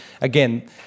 again